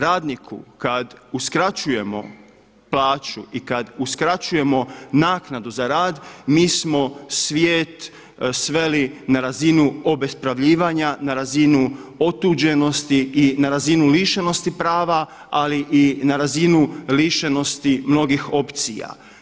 Radniku kada uskraćujemo plaću i kada uskraćujemo naknadu za rad, mi smo svijet sveli na razinu sveli obespravljivanja, na razinu otuđenosti i na razinu lišenosti prava, ali i na razinu lišenosti mnogih opcija.